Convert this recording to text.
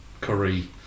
curry